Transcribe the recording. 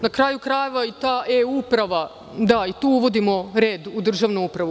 Na kraju krajeva, i ta e-uprava, da, i tu uvodimo red u državnu upravu.